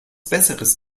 besseres